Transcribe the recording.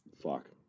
Fuck